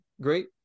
great